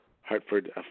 Hartford